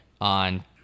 on